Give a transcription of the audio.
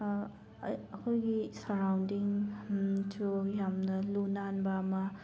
ꯑꯩꯈꯣꯏꯒꯤ ꯁꯔꯥꯎꯟꯗꯤꯡ ꯁꯨ ꯌꯥꯝꯅ ꯂꯨ ꯅꯥꯟꯕ ꯑꯃ